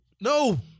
no